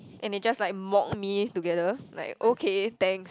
and he just like mock me together like okay thanks